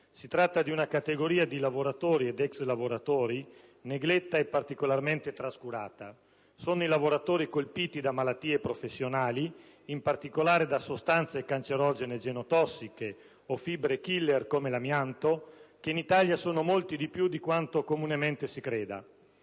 riferisco ad una categoria di lavoratori ed ex lavoratori negletta e particolarmente trascurata: i lavoratori colpiti da malattie professionali, in particolare da sostanze cancerogene e genotossiche o fibre*killer* come l'amianto, che in Italia sono molti di più di quanti comunemente si creda.